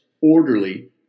orderly